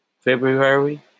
February